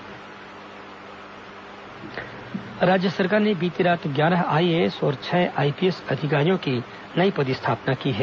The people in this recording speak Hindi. तबादला राज्य सरकार ने बीती रात ग्यारह आईएएस और छह आईपीएस अधिकारियों की नई पदस्थापना की है